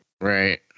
Right